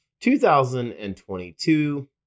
2022